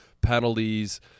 penalties